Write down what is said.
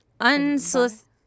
unsolicited